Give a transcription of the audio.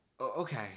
okay